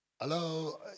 hello